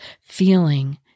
feeling